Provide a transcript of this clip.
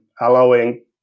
allowing